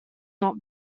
not